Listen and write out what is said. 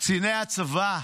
קציני הצבא,